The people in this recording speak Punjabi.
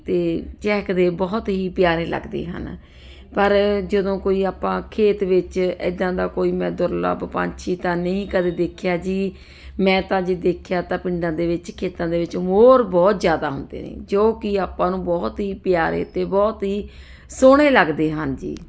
ਤੇ ਚਹਿਕਦੇ ਬਹੁਤ ਹੀ ਪਿਆਰੇ ਲੱਗਦੇ ਹਨ ਪਰ ਜਦੋਂ ਕੋਈ ਆਪਾਂ ਖੇਤ ਵਿੱਚ ਇਦਾਂ ਦਾ ਕੋਈ ਮੈਂ ਦੁਰਲੱਭ ਪਾਛੀ ਤਾਂ ਨਹੀਂ ਕਦੇ ਦੇਖਿਆ ਜੀ ਮੈਂ ਤਾਂ ਜੀ ਦੇਖਿਆ ਤਾਂ ਪਿੰਡਾਂ ਦੇ ਵਿੱਚ ਖੇਤਾਂ ਦੇ ਵਿੱਚ ਮੋਰ ਬਹੁਤ ਜ਼ਿਆਦਾ ਹੁੰਦੇ ਨੇ ਜੋ ਕਿ ਆਪਾਂ ਨੂੰ ਬਹੁਤ ਹੀ ਪਿਆਰੇ ਤੇ ਬਹੁਤ ਹੀ ਸੋਹਣੇ ਲੱਗਦੇ ਹਨ ਜੀ